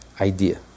Idea